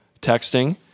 texting